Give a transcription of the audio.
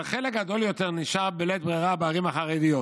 אבל חלק גדול יותר נשאר בלית ברירה בערים החרדיות,